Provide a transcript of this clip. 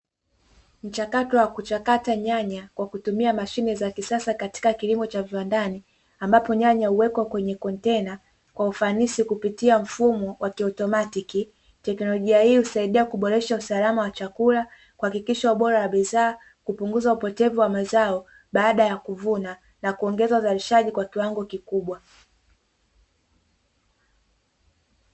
Mchakato wa kuchakata nyanya kwa kutumia mashine za kisasa katika kilimo cha viwandani ambapo nyanya huwekwa kwenye kontena kwa ufanisi kupitia mfumo wa kiautomatiki , teknolojia hii husaidia kuboresha usalama wa chakula, kuhakikisha ubora wa bidhaa, kupunguza upotevu wa mazao baada ya kuvuna na kuongeza uzarishaji kwa kiwango kikubwa.